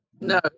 no